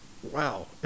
Wow